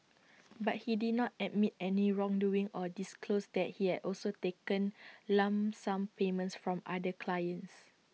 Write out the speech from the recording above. but he did not admit any wrongdoing or disclose that he had also taken lump sum payments from other clients